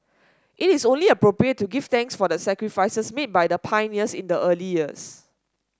it is only appropriate to give thanks for the sacrifices made by the pioneers in the early years